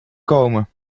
komen